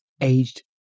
aged